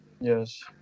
Yes